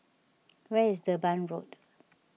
where is Durban Road